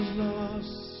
lost